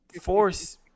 force